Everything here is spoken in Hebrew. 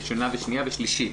ראשונה, שנייה ושלישית.